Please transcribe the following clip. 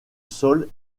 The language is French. sol